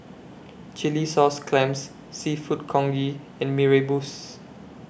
Chilli Sauce Clams Seafood Congee and Mee Rebus